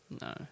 no